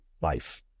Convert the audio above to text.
life